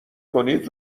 کنید